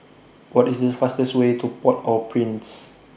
What IS The fastest Way to Port Au Prince